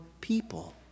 people